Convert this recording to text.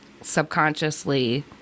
subconsciously